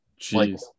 Jeez